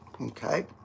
okay